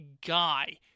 guy